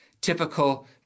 typical